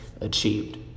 achieved